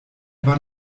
war